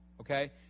okay